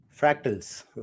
Fractals